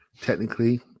Technically